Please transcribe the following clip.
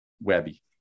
Webby